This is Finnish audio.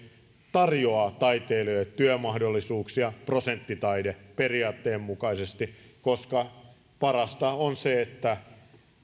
tarjoavat taiteilijoille työmahdollisuuksia prosenttitaideperiaatteen mukaisesti koska parasta on se että